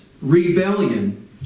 rebellion